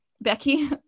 Becky